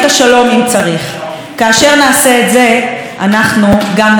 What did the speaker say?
אנחנו גם ננצח ונוביל את הדרך הזאת עבור מדינת ישראל.